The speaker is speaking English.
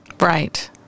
Right